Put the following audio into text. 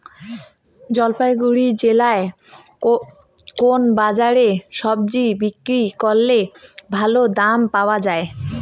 জলপাইগুড়ি জেলায় কোন বাজারে সবজি বিক্রি করলে ভালো দাম পাওয়া যায়?